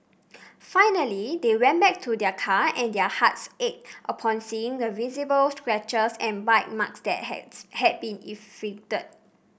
finally they went back to their car and their hearts ached upon seeing the visible scratches and bite marks that had been inflicted